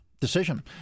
decision